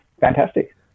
fantastic